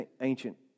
ancient